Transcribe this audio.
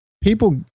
people